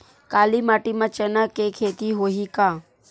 काली माटी म चना के खेती होही का?